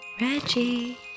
Reggie